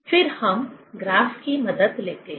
फिर हम ग्राफ की मदद लेते हैं